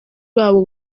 babo